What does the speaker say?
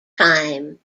time